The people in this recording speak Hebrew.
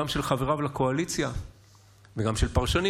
גם של חבריו לקואליציה וגם של פרשנים,